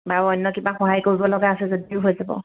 বাৰু অন্য কিবা সহায় কৰিবলগা আছে যদিও হৈ যাব